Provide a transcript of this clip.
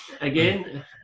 again